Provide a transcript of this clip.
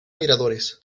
miradores